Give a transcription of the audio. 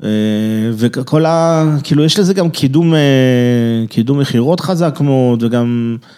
אה, וכל ה... כאילו יש לזה גם קידום, קידום מחירות חזק מאוד וגם...